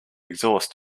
exhaust